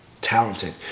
talented